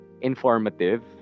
informative